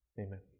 amen